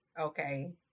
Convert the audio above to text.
Okay